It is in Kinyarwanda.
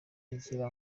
agira